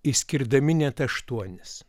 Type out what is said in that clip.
išskirdami net aštuonis